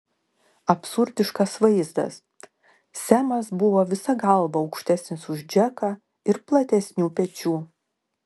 absurdiškas vaizdas semas buvo visa galva aukštesnis už džeką ir platesnių pečių